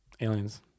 Aliens